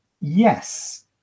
Yes